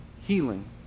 healing